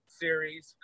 series